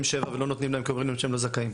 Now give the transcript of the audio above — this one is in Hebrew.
07 ולא נותנים להם כיוון שהם לא זכאים.